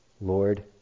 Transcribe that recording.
Lord